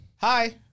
Hi